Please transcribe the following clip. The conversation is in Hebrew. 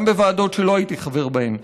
גם בוועדות שלא הייתי חבר בהן.